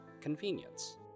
convenience